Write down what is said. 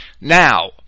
Now